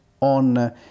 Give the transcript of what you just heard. on